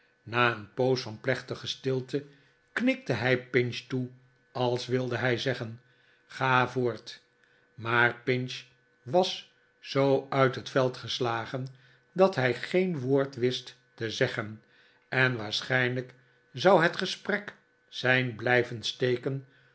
na een poos van plechtige stilte knikte hij pinch toe als wilde hij zeggen ga voort maar pinch was zoo uit het veld geslagen dat hij geen woord wist te zeggen en waarschijnlijk zou het gesprek zijn blijven steken